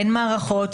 אין מערכות.